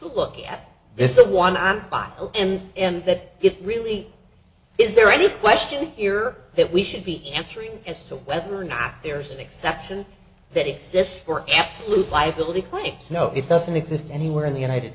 look at is the one i bought in and that it really is there any question here that we should be answering as to whether or not there's an exception that exists for absolute liability claims no it doesn't exist anywhere in the united